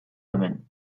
hemen